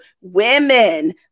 women